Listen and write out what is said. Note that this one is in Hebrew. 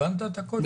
הבנת את הקושי?